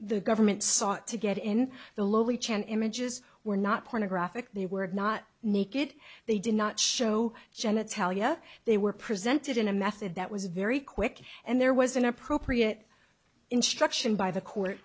the government sought to get in the lowly chan images were not pornographic they were not naked they did not show genitalia they were presented in a method that was very quick and there was an appropriate instruction by the court